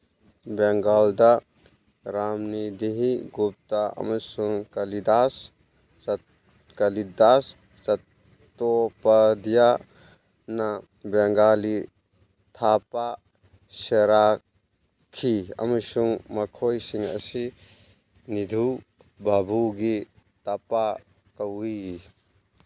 ꯕꯦꯡꯒꯥꯜꯗ ꯔꯥꯝꯅꯤꯙꯤꯍꯤ ꯒꯨꯞꯇ ꯑꯃꯁꯨꯡ ꯀꯂꯤꯗꯥꯁ ꯀꯂꯤꯗꯥꯁ ꯆꯇꯣꯄꯙ꯭ꯌꯥꯅ ꯕꯦꯡꯒꯥꯂꯤ ꯊꯥꯞꯄ ꯁꯦꯔꯥꯛꯈꯤ ꯑꯃꯁꯨꯡ ꯃꯈꯣꯏꯁꯤꯡ ꯑꯁꯤ ꯅꯤꯙꯨ ꯕꯥꯕꯨꯒꯤ ꯇꯞꯄꯥ ꯀꯧꯏ